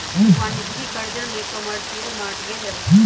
वाणिज्यिक करजा में कमर्शियल मॉर्टगेज रहै छइ